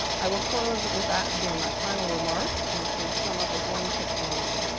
i will close with that being my final remark and sort of sum up with one quick line.